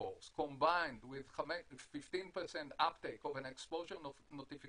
combined with 15% uptake of an exposure notification